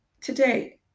today